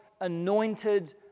anointed